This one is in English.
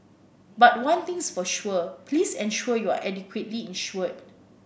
but one thing's for sure please ensure you are adequately insured